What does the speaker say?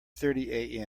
thirty